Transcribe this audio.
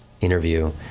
interview